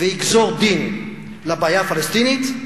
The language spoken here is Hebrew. ויגזור דין לבעיה הפלסטינית.